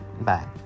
bye